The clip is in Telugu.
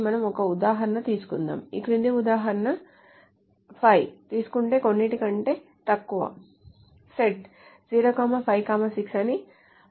మనం ఒక ఉదాహరణ తీసుకుందాం ఈ కింది ఉదాహరణ 5 తీసుకుంటే కొన్నింటి కంటే తక్కువ సెట్ 0 5 6 అని పరిగణించండి